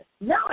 No